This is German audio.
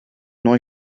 neu